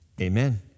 amen